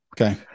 Okay